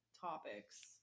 topics